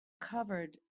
covered